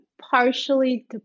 partially